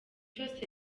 cyose